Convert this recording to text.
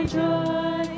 joy